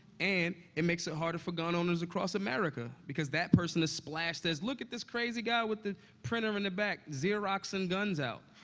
and it makes it harder for gun owners across america because that person is splashed as, look at this crazy guy with the printer in the back xeroxing guns out.